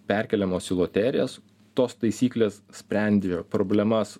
perkeliamos į loterijos tos taisyklės sprendžia problemas